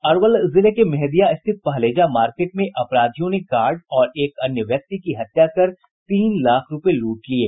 अरवल जिले के मेहंदिया स्थित पहलेजा मार्केट में अपराधियों ने गार्ड और एक अन्य व्यक्ति की हत्या कर तीन लाख रूपये लूट लिये